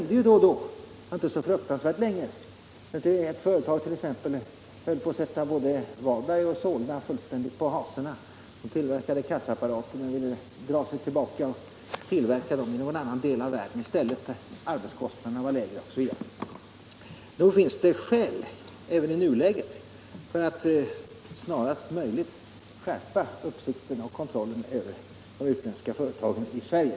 Det är inte så särskilt länge sedan ett företag höll på att sätta både Varberg här, men man ville dra sig tillbaka och tillverka dem i en annan del av världen, där arbetskostnaderna var lägre. Nog finns det skäl även i nuläget för att snarast möjligt skärpa uppsikten över och kontrollen av de utländska företagen i Sverige.